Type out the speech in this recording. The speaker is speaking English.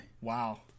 Wow